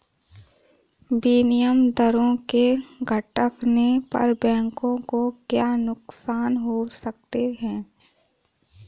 विनिमय दरों के घटने पर बैंकों को क्या नुकसान हो सकते हैं?